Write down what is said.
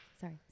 sorry